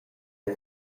ina